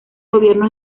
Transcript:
gobierno